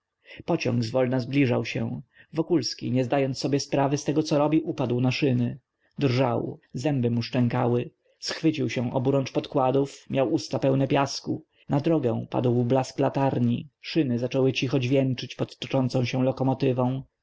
pociąg zwolna zbliżał się wokulski nie zdając sobie sprawy z tego co robi upadł na szyny drżał zęby mu szczękały schwycił się oburącz podkładów miał usta pełne piasku na drogę padł blask latarń szyny zaczęły cicho dźwięczyć pod toczącą się lokomotywą